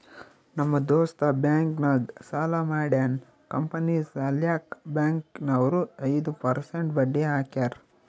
ನಮ್ ದೋಸ್ತ ಬ್ಯಾಂಕ್ ನಾಗ್ ಸಾಲ ಮಾಡ್ಯಾನ್ ಕಂಪನಿ ಸಲ್ಯಾಕ್ ಬ್ಯಾಂಕ್ ನವ್ರು ಐದು ಪರ್ಸೆಂಟ್ ಬಡ್ಡಿ ಹಾಕ್ಯಾರ್